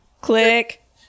Click